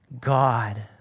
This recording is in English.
God